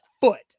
foot